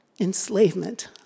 enslavement